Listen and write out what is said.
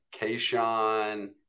Kayshawn